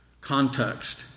context